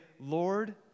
Lord